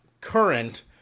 current